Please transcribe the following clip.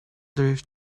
drift